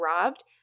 robbed